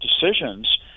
decisions